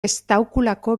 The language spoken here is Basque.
estaukulako